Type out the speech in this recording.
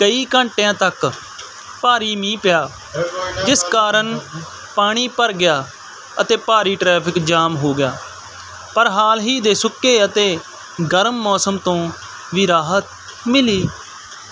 ਕਈ ਘੰਟਿਆਂ ਤੱਕ ਭਾਰੀ ਮੀਂਹ ਪਿਆ ਜਿਸ ਕਾਰਨ ਪਾਣੀ ਭਰ ਗਿਆ ਅਤੇ ਭਾਰੀ ਟ੍ਰੈਫਿਕ ਜਾਮ ਹੋ ਗਿਆ ਪਰ ਹਾਲ ਹੀ ਦੇ ਸੁੱਕੇ ਅਤੇ ਗਰਮ ਮੌਸਮ ਤੋਂ ਵੀ ਰਾਹਤ ਮਿਲੀ